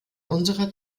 unserer